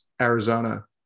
Arizona